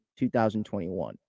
2021